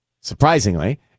surprisingly